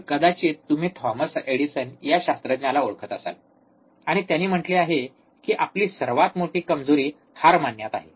तर कदाचित तुम्ही थॉमस एडिसन या शास्त्रज्ञाला ओळखत असाल आणि त्यांनी म्हंटले आहे की आपली सर्वात मोठी कमजोरी हार मानण्यात आहे